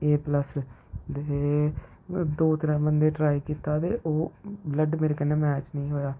ए plus ते दो त्रै बंदे ट्राई कीता ते ओह् बल्ड मेरे कन्नै मैच नेईं होएआ